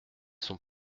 sont